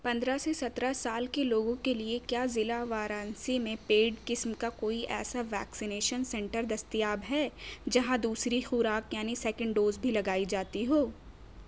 پندرہ سے سترہ سال کے لوگوں کے لیے کیا ضلع وارانسی میں پیڈ قسم کا کوئی ایسا ویکسینیشن سینٹر دستیاب ہے جہاں دوسری خوراک یعنی سیکنڈ ڈوز بھی لگائی جاتی ہو